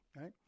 right